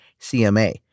CMA